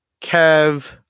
Kev